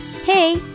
Hey